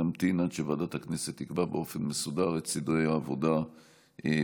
נמתין עד שוועדת הכנסת תקבע באופן מסודר את סדרי העבודה בפגרה.